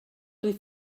dwyt